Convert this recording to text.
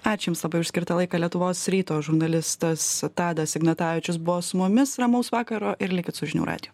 ačiū jums labai už skirtą laiką lietuvos ryto žurnalistas tadas ignatavičius buvo su mumis ramaus vakaro ir likit su žinių radiju